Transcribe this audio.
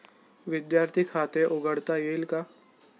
विद्यार्थी खाते उघडता येईल का?